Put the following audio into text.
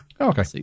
Okay